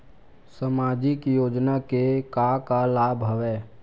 सामाजिक योजना के का का लाभ हवय?